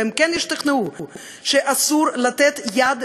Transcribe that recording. והם כן ישתכנעו שאסור לתת יד,